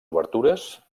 obertures